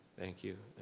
thank you,